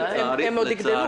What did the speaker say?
הם עוד יגדלו.